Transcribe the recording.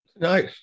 Nice